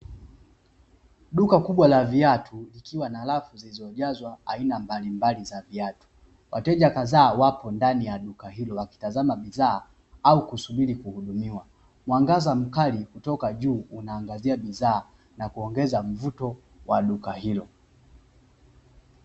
Duka kubwa la viatu Kuna rafu zilizojazwa aina mbalimbali za viatu wateja kadhaa wakiwa ndani ya duka wakitazama bidhaa au kusubiri kuhudumiwa mwangaza mkali kutoka juu unaangazia bidhaa kuongeza mvuto wa duka hilo.